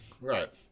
Right